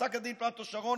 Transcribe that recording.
פסק הדין של פלאטו שרון,